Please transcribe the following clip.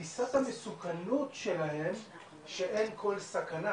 תפיסת המסוכנות שלהם היא שאין כל סכנה,